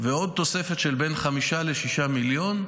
ועוד תוספת של בין 5 ל-6 מיליון,